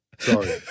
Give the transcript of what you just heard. Sorry